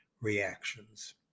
reactions